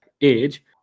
age